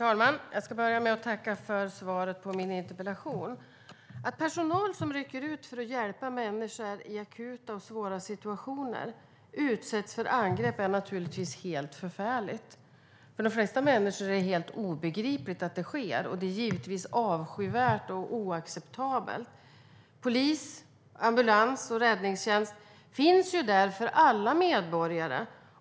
Herr talman! Jag börjar med att tacka för svaret på min interpellation. Att personal som rycker ut för att hjälpa människor i akuta och svåra situationer utsätts för angrepp är naturligtvis helt förfärligt. För de flesta människor är det helt obegripligt att det sker. Det är givetvis avskyvärt och oacceptabelt - polis, ambulans och räddningstjänst finns ju där för alla medborgare.